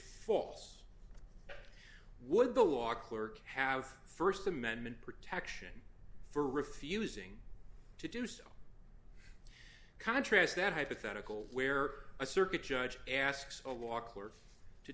false would the law clerk have st amendment protection for refusing to do so contrast that hypothetical where a circuit judge asks a law clerk to